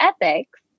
ethics